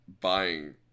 buying